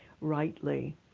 rightly